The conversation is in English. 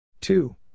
Two